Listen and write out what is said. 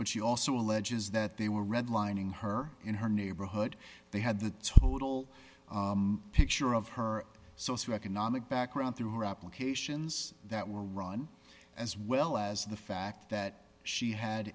but she also alleges that they were redlining her in her neighborhood they had the total picture of her socioeconomic background through her applications that were run as well as the fact that she had